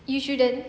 you shouldn't